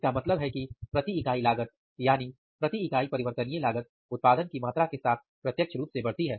इसका मतलब है कि प्रति इकाई लागत यानी प्रति इकाई परिवर्तनीय लागत उत्पादन की मात्रा के साथ प्रत्यक्ष रूप से बढ़ती है